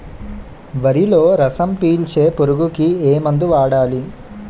వరిలో రసం పీల్చే పురుగుకి ఏ మందు వాడాలి?